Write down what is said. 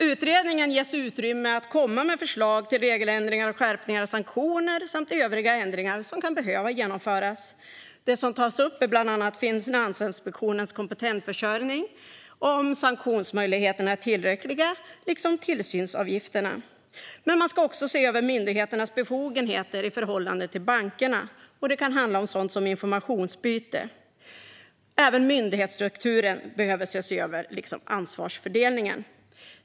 Utredningen ges utrymme att komma med förslag till regeländringar och skärpningar av sanktioner samt övriga ändringar som kan behöva genomföras. Det som tas upp är bland annat Finansinspektionens kompetensförsörjning och om sanktionsmöjligheterna och tillsynsavgifterna är tillräckliga. Man ska också se över myndigheternas befogenheter i förhållande till bankerna. Det kan handla om sådant som informationsutbyte. Även myndighetsstrukturen behöver ses över, liksom ansvarsfördelningen.